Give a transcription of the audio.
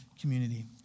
community